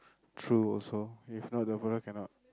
true also if not the fella cannot